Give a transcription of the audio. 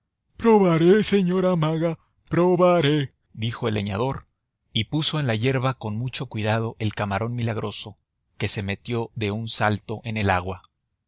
probaré señora maga probaré dijo el leñador y puso en la yerba con mucho cuidado el camarón milagroso que se metió de un salto en el agua